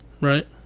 Right